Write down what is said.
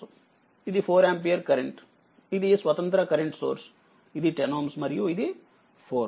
ఇది 4ఆంపియర్కరెంట్ ఇది స్వతంత్ర కరెంట్ సోర్స్ ఇది 10Ωమరియు ఇది 4Ω